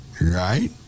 Right